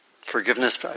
Forgiveness